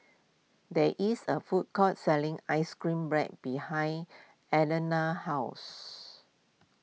there is a food court selling Ice Cream Bread behind Alanna's house